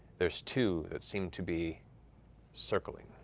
there's two that seem to be circling,